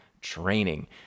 Training